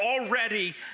already